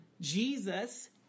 Jesus